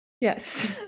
Yes